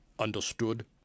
Understood